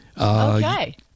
Okay